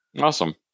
Awesome